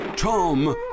Tom